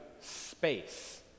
space